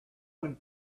one